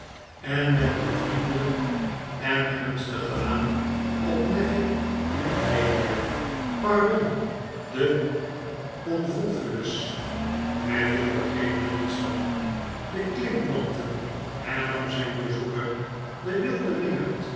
en met een vriendelyk en gunstig gelaat op neville toetredende pardon de convolvulus neville begreep er niets van de klimplanten hernam zyn bezoeker de wilde wingerd